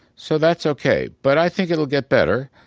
so that's ok. but i think it will get better.